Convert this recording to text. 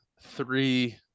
three